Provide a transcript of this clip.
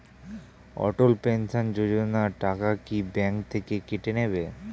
অটল pension Yojana টাকা কি bank থেকে কেটে নেবে?